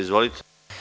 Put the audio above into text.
Izvolite.